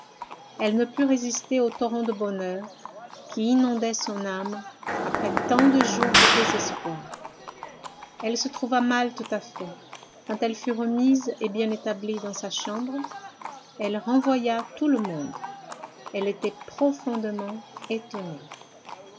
elle ne put résister au torrent de bonheur qui inondait son âme après tant de jours de désespoir elle se trouva mal tout à fait quand elle fut remise et bien établie dans sa chambre elle renvoya tout le monde elle était profondément étonnée